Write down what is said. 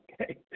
Okay